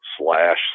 slash